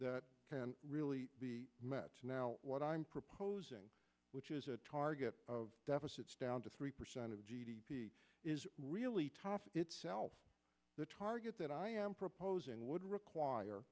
that can really be met now what i'm proposing which is a target of deficits down to three percent of g d p is really tough itself the target that i am proposing would require